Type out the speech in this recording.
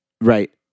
Right